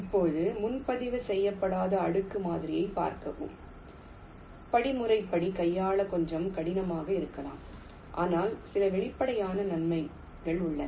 இப்போது முன்பதிவு செய்யப்படாத அடுக்கு மாதிரியைப் பார்க்கவும் படிமுறைப்படி கையாள கொஞ்சம் கடினமாக இருக்கலாம் ஆனால் சில வெளிப்படையான நன்மைகள் உள்ளன